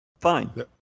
fine